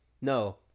No